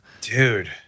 Dude